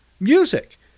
music